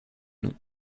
nom